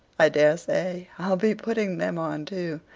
i daresay i'll be putting them on too,